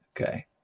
Okay